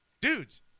Dudes